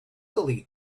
delete